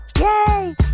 Yay